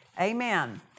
Amen